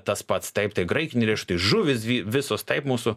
tas pats taip tai graikiniai riešutai žuvys visos taip mūsų